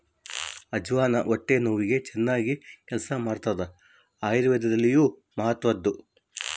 ಅಜ್ವಾನ ಹೊಟ್ಟೆ ನೋವಿಗೆ ಚನ್ನಾಗಿ ಕೆಲಸ ಮಾಡ್ತಾದ ಆಯುರ್ವೇದದಲ್ಲಿಯೂ ಮಹತ್ವದ್ದು